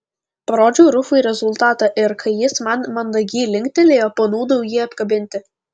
parodžiau rufui rezultatą ir kai jis man mandagiai linktelėjo panūdau jį apkabinti